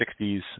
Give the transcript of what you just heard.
60s